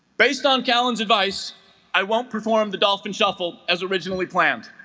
based on callens advice i won't perform the dolphin shuffle as originally planned